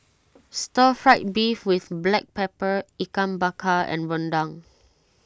Stir Fried Beef with Black Pepper Ikan Bakar and Rendang